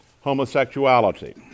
homosexuality